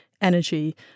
energy